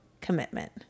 commitment